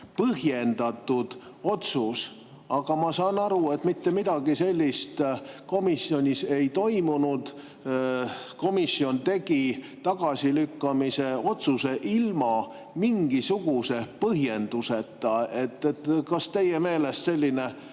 põhjendatud otsus. Aga ma saan aru, et mitte midagi sellist komisjonis ei toimunud. Komisjon tegi tagasilükkamise otsuse ilma igasuguse põhjenduseta. Kas teie meelest on selline